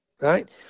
right